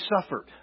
suffered